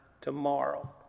tomorrow